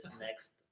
next